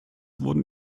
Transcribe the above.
wurden